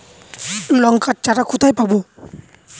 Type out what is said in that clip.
লঙ্কার চারা কোথায় পাবো?